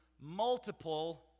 multiple